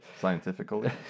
Scientifically